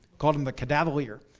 called him, the cadaverlier,